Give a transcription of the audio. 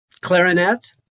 clarinet